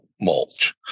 mulch